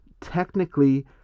technically